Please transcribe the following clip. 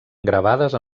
gravades